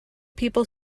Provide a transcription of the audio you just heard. people